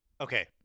Okay